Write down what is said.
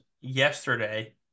yesterday